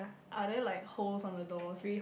are there like holes on the doors